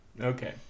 Okay